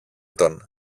τον